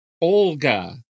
Olga